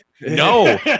No